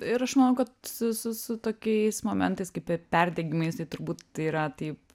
ir aš manau kad su su su tokiais momentais kaip ir perdengimais tai turbūt tai yra taip